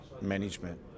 management